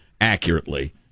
accurately